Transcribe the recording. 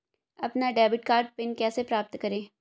अपना debit card PIN कैसे प्राप्त करें?